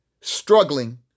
struggling